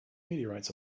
meteorites